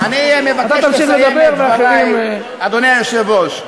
טוב, אני מבקש לסיים את דברי, אדוני היושב-ראש.